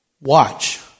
watch